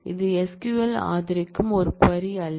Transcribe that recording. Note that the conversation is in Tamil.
எனவே இது SQL ஆதரிக்கும் ஒரு க்வரி அல்ல